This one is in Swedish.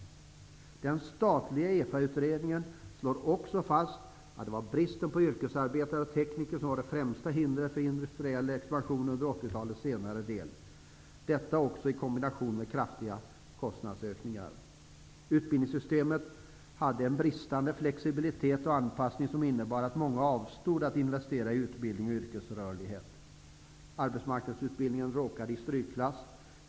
Den statliga EFA-utredningen slår också fast att det var bristen på yrkesarbetare och tekniker som var det främsta hindret för industriell expansion under 1980-talets senare del -- detta i kombination med kraftiga kostnadsökningar. Utbildningssystemet hade en bristande flexibilitet och anpassning, som innebar att många avstod från att investera i utbildning och yrkesrörlighet. Arbetsmarknadsutbildningen råkade i strykklass.